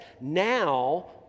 Now